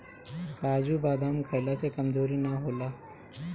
काजू बदाम खइला से कमज़ोरी ना होला